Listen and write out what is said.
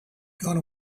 gone